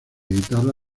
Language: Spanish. guitarra